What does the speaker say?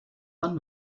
man